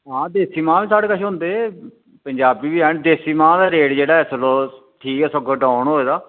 आं देसी मां न साढ़े कश होंदे पंजाबी बी हैन देसी मांह् दा रेट जेह्ड़ा इसलै ओह् ठीक ऐ सगूं डाउन होए दा